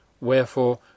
Wherefore